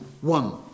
One